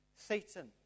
Satan